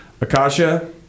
Akasha